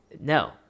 No